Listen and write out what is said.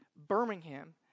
Birmingham